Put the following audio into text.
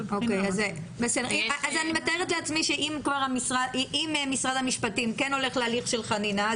אז אני מתארת לעצמי שאם משרד המשפטים כן הולך להליך של חנינה,